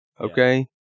okay